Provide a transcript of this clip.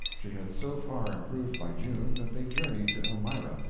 she had so far improved by june that they journeyed to elmira,